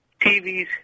TVs